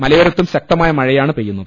മലയോരത്തും ശക്തമായ മഴയാണ് പെയ്യുന്നത്